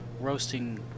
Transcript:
roasting